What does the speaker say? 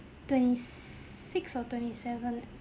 twenty six or twenty seven